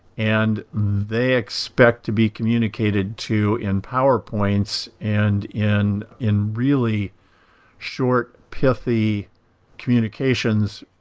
and they expect to be communicated to in powerpoint and in in really short, pithy communications.